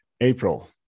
April